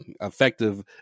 effective